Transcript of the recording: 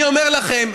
אני אומר לכם,